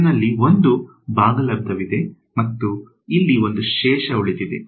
ಆದ್ದರಿಂದ ನನ್ನಲ್ಲಿ ಒಂದು ಬಾಗಲಬ್ದವಿದೆ ಮತ್ತು ಇಲ್ಲಿ ಒಂದು ಶೇಷ ಉಳಿದಿದೆ